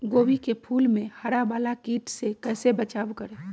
गोभी के फूल मे हरा वाला कीट से कैसे बचाब करें?